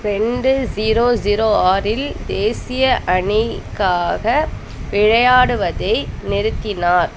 ரெண்டு zero zero ஆறில் தேசிய அணிக்காக விளையாடுவதை நிறுத்தினார்